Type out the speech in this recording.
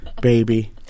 baby